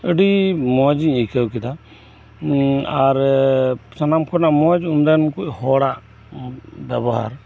ᱟᱹᱰᱤ ᱢᱚᱪ ᱤᱧ ᱟᱹᱭᱠᱟᱹᱣ ᱠᱮᱫᱟ ᱟᱨ ᱥᱟᱱᱟᱢ ᱠᱷᱚᱱᱟᱜ ᱢᱚᱪ ᱚᱸᱰᱮᱱ ᱠᱩ ᱦᱚᱲᱟᱜ ᱵᱮᱣᱦᱟᱨ